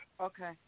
Okay